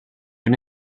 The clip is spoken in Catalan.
una